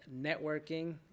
networking